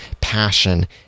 passion